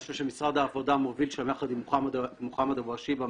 זה משהו שמשרד העבודה מוביל שם יחד עם מוחמד אבו אשיבה,